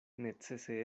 necese